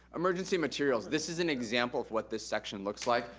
emergency materials. this is an example of what this section looks like.